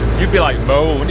you'd be like mole